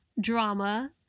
drama